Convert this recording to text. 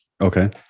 Okay